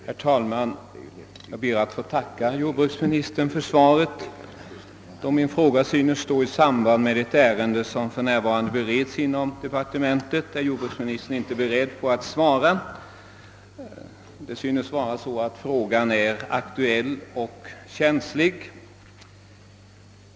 Herr talman! Jag ber att få tacka jordbruksministern för svaret. Då min fråga synes stå i samband med ett ärende som för närvarande bereds inom departementet är jordbruksministern inte beredd att svara på den. Frågan är tydligen aktuell och känslig.